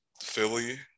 Philly –